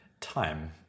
time